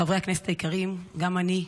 חברי הכנסת היקרים, גם אני,